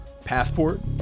passport